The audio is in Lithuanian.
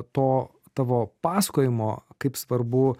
to tavo pasakojimo kaip svarbu